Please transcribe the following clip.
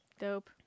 Dope